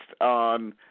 on